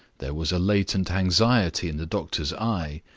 there was a latent anxiety in the doctor's eye,